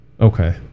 Okay